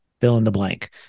fill-in-the-blank